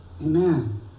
Amen